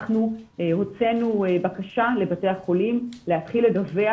אנחנו הוצאנו בקשה לבתי החולים להתחיל לדווח